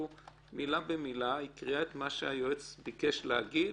מילה במילה את מה שהיועץ ביקש להגיד,